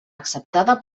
acceptada